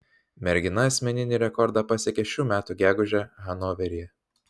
mergina asmeninį rekordą pasiekė šių metų gegužę hanoveryje